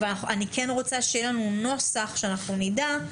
אני כן רוצה שיהיה לנו נוסח שאנחנו נדע,